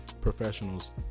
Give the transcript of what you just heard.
professionals